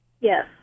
Yes